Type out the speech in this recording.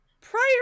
prior